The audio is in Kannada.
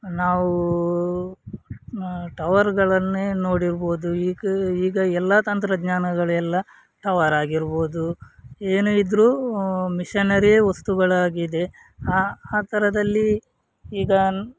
ನಾವು ಟವರ್ಗಳನ್ನೇ ನೋಡಿರ್ಬೋದು ಈಗ ಈಗ ಎಲ್ಲ ತಂತ್ರಜ್ಞಾನಗಳೆಲ್ಲ ಟವರ್ ಆಗಿರ್ಬೋದು ಏನೇ ಇದ್ರು ಮಿಷನರಿಯೇ ವಸ್ತುಗಳಾಗಿದೆ ಆ ಥರದಲ್ಲಿ ಈಗ